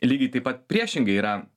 lygiai taip pat priešingai yra